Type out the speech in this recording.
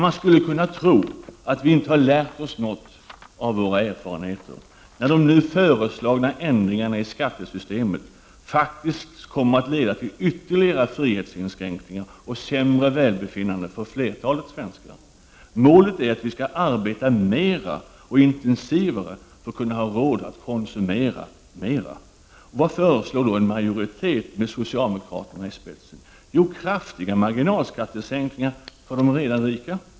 Man skulle kunna tro att vi inte hade lärt oss av våra erfarenheter när de nu föreslagna ändringarna i skattesystemet faktiskt leder till ytterligare frihetsinskränkningar och sämre välbefinnande för flertalet svenskar. Målet är att vi skall arbeta mera och intensivare för att kunna ha råd att konsumera mera. Vad föreslår en majoritet med socialdemokraterna i spetsen? Jo, kraftiga marginalskattesänkningar för de redan rika.